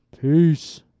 Peace